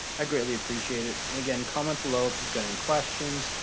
i greatly appreciate it. and again, comment below, if you've got any questions,